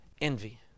envy